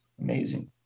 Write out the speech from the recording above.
Amazing